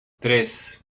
tres